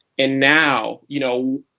and now. you know,